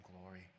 glory